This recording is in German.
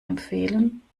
empfehlen